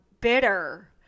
bitter